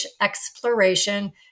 exploration